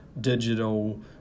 digital